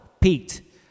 Pete